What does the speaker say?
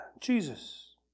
Jesus